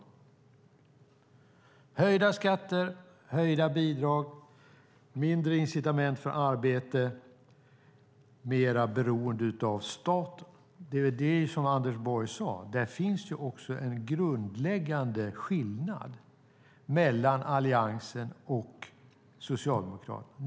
Det handlar alltså om höjda skatter, höjda bidrag, mindre incitament för arbete och mer beroende av staten. Det är som Anders Borg sade: Där finns en grundläggande skillnad mellan Alliansen och Socialdemokraterna.